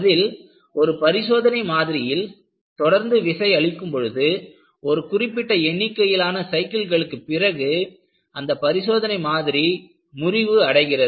அதில் ஒரு பரிசோதனை மாதிரியில் தொடர்ந்து விசை அளிக்கும் பொழுது ஒரு குறிப்பிட்ட எண்ணிக்கையிலான சைக்கிள்களுக்கு பிறகு அந்த பரிசோதனை மாதிரி முறிவு அடைகிறது